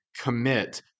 commit